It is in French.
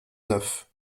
neuf